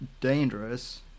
dangerous